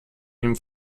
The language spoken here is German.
ihm